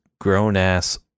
grown-ass